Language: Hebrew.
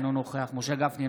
אינו נוכח משה גפני,